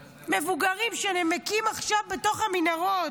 מבוגרים, שנמקים עכשיו בתוך המנהרות.